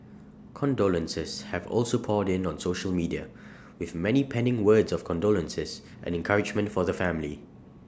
condolences have also poured in on social media with many penning words of condolences and encouragement for the family